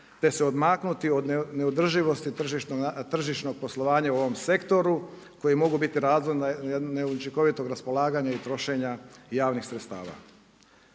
te se odmaknuti od neodrživosti tržišnog poslovanja u ovom sektoru, koji mogu biti razorne, neučinkovitog raspolaganja i trošenja javnih sredstava.